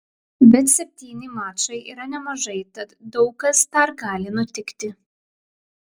bet septyni mačai yra nemažai tad daug kas dar gali nutikti